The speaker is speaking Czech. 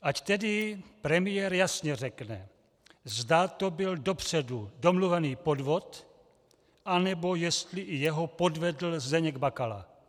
Ať tedy premiér jasně řekne, zda to byl dopředu domluvený podvod, anebo jestli i jeho podvedl Zdeněk Bakala.